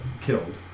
killed